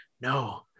no